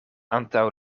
antaŭ